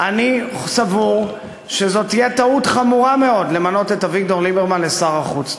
אני סבור שזו תהיה טעות חמורה מאוד למנות את אביגדור ליברמן לשר החוץ.